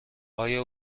آیا